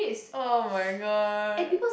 [oh]-my-god